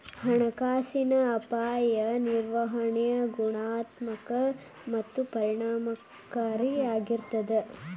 ಹಣಕಾಸಿನ ಅಪಾಯ ನಿರ್ವಹಣೆ ಗುಣಾತ್ಮಕ ಮತ್ತ ಪರಿಣಾಮಕಾರಿ ಆಗಿರ್ತದ